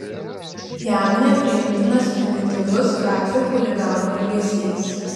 jam nepriimtinas primityvus gatvių chuliganų elgesys